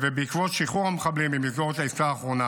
בעקבות שחרור המחבלים במסגרת העסקה האחרונה